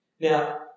Now